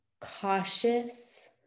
cautious